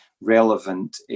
relevant